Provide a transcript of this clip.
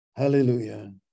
Hallelujah